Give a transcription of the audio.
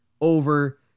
over